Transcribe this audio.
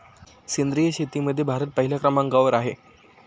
सेंद्रिय शेतीमध्ये भारत पहिल्या क्रमांकावर आहे